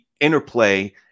interplay